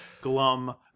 glum